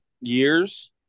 years